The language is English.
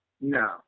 No